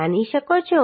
જાણી શકો છો